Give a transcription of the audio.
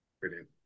Brilliant